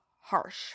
harsh